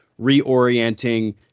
reorienting